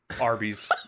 arby's